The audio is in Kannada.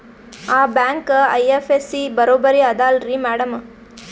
ಆ ಬ್ಯಾಂಕ ಐ.ಎಫ್.ಎಸ್.ಸಿ ಬರೊಬರಿ ಅದಲಾರಿ ಮ್ಯಾಡಂ?